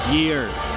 years